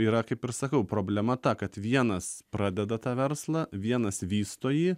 yra kaip ir sakau problema ta kad vienas pradeda tą verslą vienas vysto jį